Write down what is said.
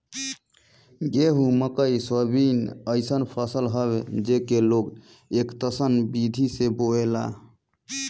गेंहू, मकई, सोयाबीन अइसन फसल हवे जेके लोग एकतस्सन विधि से बोएला